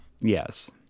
Yes